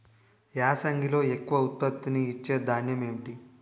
యాసంగిలో ఎక్కువ ఉత్పత్తిని ఇచే ధాన్యం ఏంటి?